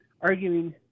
arguing